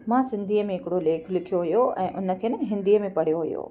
मां सिंधीअ में हिकिड़ो लेख लिखियो हुयो ऐं उनखे न हिंदीअ में पढ़ियो हुयो